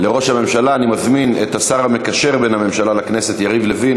אני מזמין את השר המקשר בין הממשלה לכנסת יריב לוין,